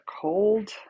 cold